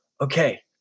okay